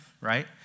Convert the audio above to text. right